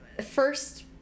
first